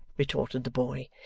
retorted the boy.